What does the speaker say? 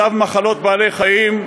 צו מחלות בעלי-חיים,